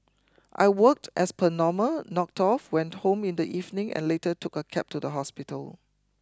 I worked as per normal knocked off went home in the evening and later took a cab to the hospital